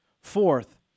Fourth